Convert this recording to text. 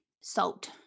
salt